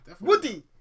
Woody